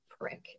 prick